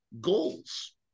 goals